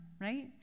right